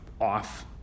off